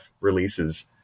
releases